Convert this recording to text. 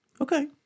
Okay